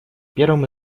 первым